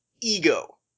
ego